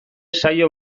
saio